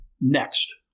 Next